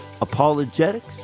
apologetics